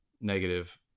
negative